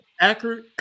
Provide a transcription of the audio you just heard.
accurate